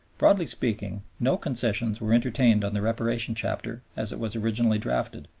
broadly speaking, no concessions were entertained on the reparation chapter as it was originally drafted,